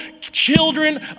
children